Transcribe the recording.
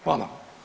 Hvala.